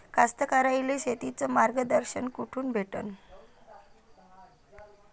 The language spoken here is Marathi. कास्तकाराइले शेतीचं मार्गदर्शन कुठून भेटन?